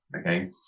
okay